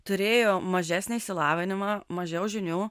turėjo mažesnį išsilavinimą mažiau žinių